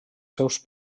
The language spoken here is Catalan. seus